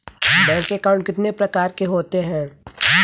Bank account कितने प्रकार के होते हैं?